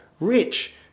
rich